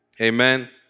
Amen